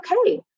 okay